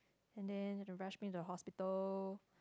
and then have to rush me to hospital